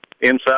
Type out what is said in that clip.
inside